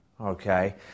okay